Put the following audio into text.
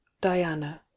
diana